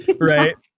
Right